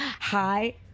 Hi